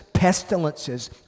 pestilences